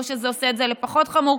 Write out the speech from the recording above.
לא שזה עושה את זה פחות חמור,